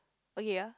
oh ya